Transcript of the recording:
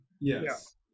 Yes